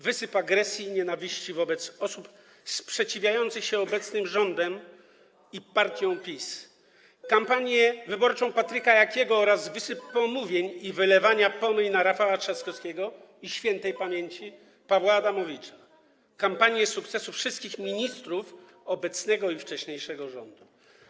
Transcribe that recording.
Wysyp agresji i nienawiści wobec osób sprzeciwiających się obecnemu rządowi i partii PiS, kampanię wyborczą Patryka Jakiego oraz wysyp pomówień i wylewanie pomyj na Rafała Trzaskowskiego i śp. Pawła Adamowicza, kampanie sukcesu wszystkich ministrów obecnego i wcześniejszego rządu.